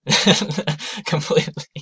Completely